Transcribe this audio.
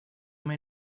mãe